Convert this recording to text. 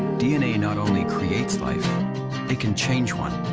dna not only creates life, it can change one.